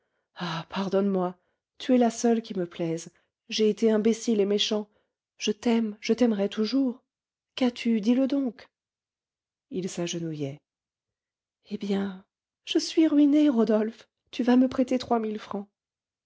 pardonne-moi tu es la seule qui me plaise j'ai été imbécile et méchant je t'aime je t'aimerai toujours qu'astu dis-le donc il s'agenouillait eh bien je suis ruinée rodolphe tu vas me prêter trois mille francs